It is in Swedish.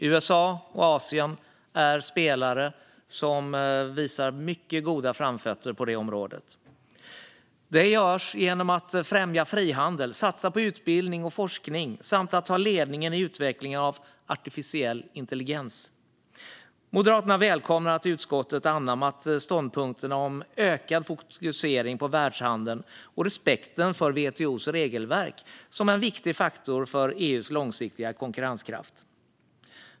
USA och Asien är spelare som visar mycket goda framfötter på det området. Detta gör vi genom att främja frihandel, satsa på utbildning och forskning och ta ledningen i utvecklingen av artificiell intelligens. Moderaterna välkomnar att utskottet har anammat ståndpunkterna om ökad fokusering på världshandeln och respekten för WTO:s regelverk som en viktig faktor för EU:s långsiktiga konkurrenskraft.